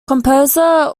composer